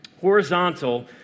horizontal